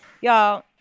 y'all